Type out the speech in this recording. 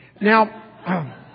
Now